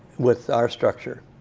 with our structure.